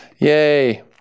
Yay